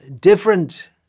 different